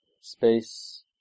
space